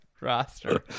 roster